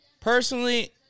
Personally